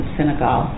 Senegal